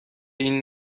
این